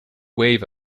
wave